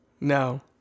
No